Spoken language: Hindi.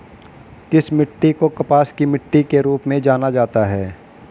किस मिट्टी को कपास की मिट्टी के रूप में जाना जाता है?